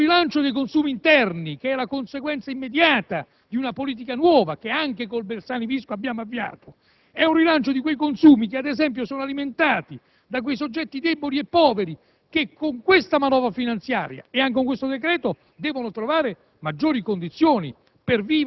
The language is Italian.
Vorrei concludere con una battuta, senza scomodare importanti economisti di questo secolo. Il rilancio dei consumi interni che è la conseguenza immediata di una politica nuova, avviata anche con il decreto Bersani-Visco, è un rilancio di quei consumi alimentati, ad esempio, da quei soggetti deboli e poveri